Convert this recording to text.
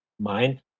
mind